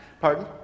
Pardon